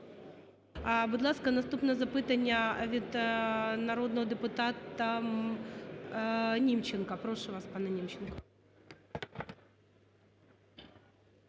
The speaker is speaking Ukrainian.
Будь ласка, наступне запитання від народного депутата Німченка, прошу вас пане Німченко.